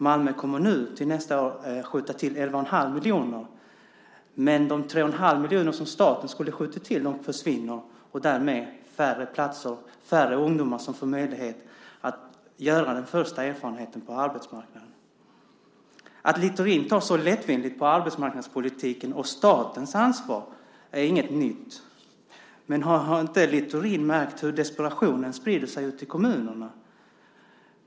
Malmö kommun kommer nästa år att skjuta till 11 1⁄2 miljoner, men de 3 1⁄2 miljoner som staten skulle ha skjutit till försvinner, och därmed blir det färre platser och färre ungdomar som får möjlighet att göra den första erfarenheten på arbetsmarknaden. Att Littorin tar så lättvindigt på arbetsmarknadspolitiken och statens ansvar är inget nytt, men har inte Littorin märkt hur desperationen sprider sig ute i kommunerna?